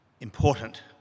important